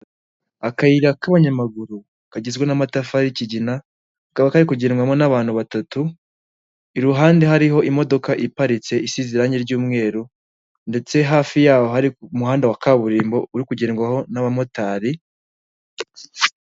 Akayira k'abanyamaguru kagizwe n'amatafari y'ikigina, kakaba kari kugerwamo n'abantu batatu, iruhande hariho imodoka iparitse isize irange ry'umweru ndetse hafi yaho hari umuhanda wa kaburimbo, uri kugendwaho n'abamotari,...